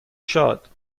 شاد